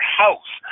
house